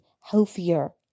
healthier